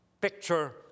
picture